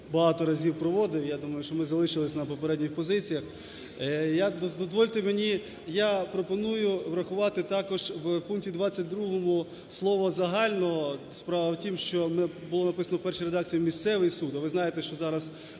багато разів проводив, я думаю, що ми залишились на попередніх позиціях. Дозвольте мені, я пропоную врахувати також в пункті 22 слово "загально". Справа в тім, що було написано в першій редакцій "місцевий суд". А ви знаєте, що зараз